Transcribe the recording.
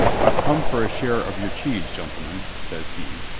i've come for a share of your cheese, gentlemen, says he,